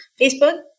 Facebook